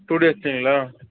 two டேஸுங்களா